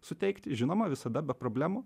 suteikt žinoma visada problemų